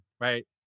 right